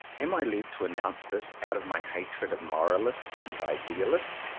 am i led to announce this out of my hatred of moralists and idealists,